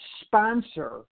sponsor